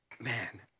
man